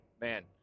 man